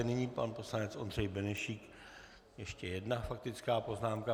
Nyní pan poslanec Ondřej Benešík, ještě jedna faktická poznámka.